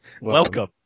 Welcome